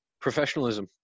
Professionalism